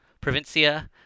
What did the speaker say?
Provincia